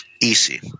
easy